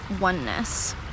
oneness